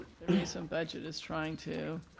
the recent budget is trying to